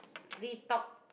free talk